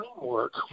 framework